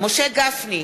משה גפני,